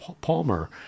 Palmer